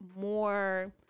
more